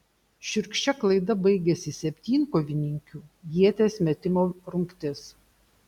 šiurkščia klaida baigėsi septynkovininkių ieties metimo rungtis